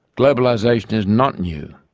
globalisation is not new.